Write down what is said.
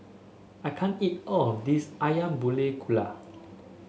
I can't eat all of this ayam Buah Keluak